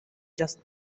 just